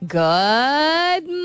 good